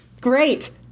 Great